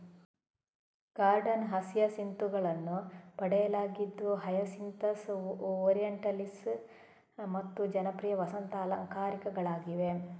garden ಹಸಿಯಸಿಂತುಗಳನ್ನು ಪಡೆಯಲಾಗಿದ್ದು hyacinthus, orientalis ಮತ್ತು ಜನಪ್ರಿಯ ವಸಂತ ಅಲಂಕಾರಿಕಗಳಾಗಿವೆ